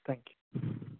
thank you